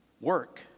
Work